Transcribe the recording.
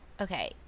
Okay